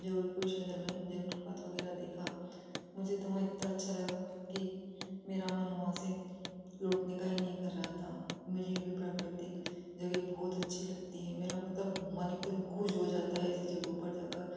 जबलपुर शहर में जल प्रपात वगैरह देखा मुझे तो वहाँ इतना अच्छा लगा कि मेरा मन वहाँ उसे रोकने का ही नहीं कर रहा था मुझे यह भी प्राकृतिक जगह बहुत अच्छी लगती है मेरा मतलब मन एकदम ख़ुश हो जाता है इन जगहों पर जाकर